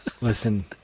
Listen